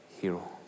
hero